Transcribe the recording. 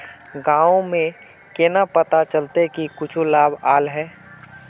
गाँव में केना पता चलता की कुछ लाभ आल है?